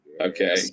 Okay